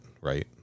Right